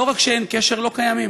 לא רק שאין קשר, הם לא קיימים.